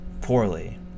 poorly